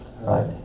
right